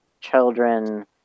children